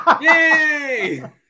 Yay